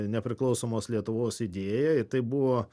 nepriklausomos lietuvos idėją ir tai buvo